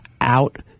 Out